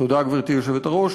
תודה, גברתי היושבת-ראש.